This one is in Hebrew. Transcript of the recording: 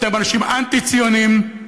אתם אנשים אנטי-ציונים, אנטי-פטריוטים.